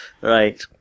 Right